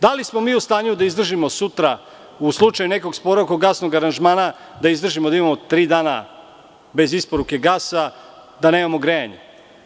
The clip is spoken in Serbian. Da li smo mi u stanju da izdržimo sutra u slučaju nekog spora oko gasnog aranžmana, da izdržimo tri dana bez isporuke gasa, da nemamo grejanje?